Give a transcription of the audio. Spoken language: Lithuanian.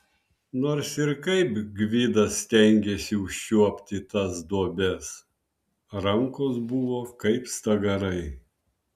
nors ir kaip gvidas stengėsi užčiuopti tas duobes rankos buvo kaip stagarai